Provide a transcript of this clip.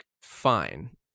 fine